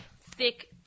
thick